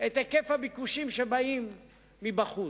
את היקף הביקושים שבאים מבחוץ.